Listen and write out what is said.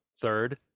third